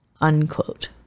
unquote